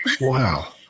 wow